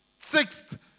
Sixth